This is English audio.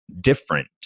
different